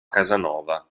casanova